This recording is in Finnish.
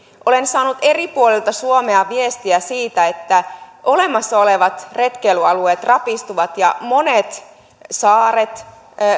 olen saanut eri puolilta suomea viestiä siitä että olemassa olevat retkeilyalueet rapistuvat ja monet saaret